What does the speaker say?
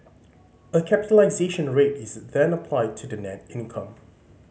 a capitalisation rate is then applied to the net income